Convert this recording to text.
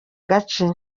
gace